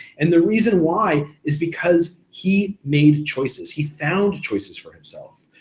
and the reason why is because he made choices, he found choices for himself.